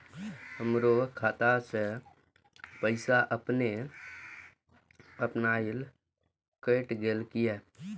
हमरो खाता से पैसा अपने अपनायल केट गेल किया?